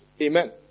amen